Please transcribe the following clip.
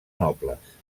nobles